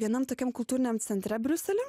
vienam tokiam kultūriniam centre briuselio